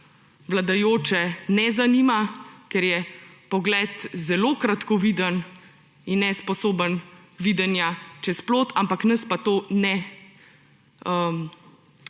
vladajočih ne zanima, ker je pogled zelo kratkoviden in nesposoben videnja čez plot, ampak nas pa to še kako